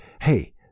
Hey